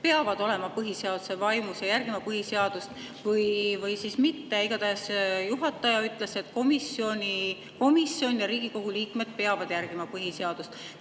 peavad olema põhiseaduse vaimus ja järgima põhiseadust või mitte? Igatahes juhataja ütles, et komisjon ja Riigikogu liikmed peavad järgima põhiseadust.